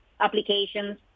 applications